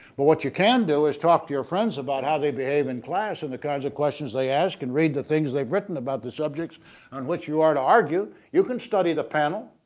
but what you can do is talk to your friends about how they behave in class and the kinds of questions they ask and read the things they've written about the subjects on which you are to argue you can study the panel.